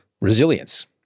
resilience